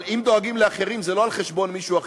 אם דואגים לאחרים זה לא על חשבון מישהו אחר,